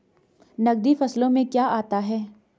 नकदी फसलों में क्या आता है?